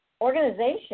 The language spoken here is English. organization